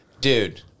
dude